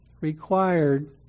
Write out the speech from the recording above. required